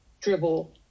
dribble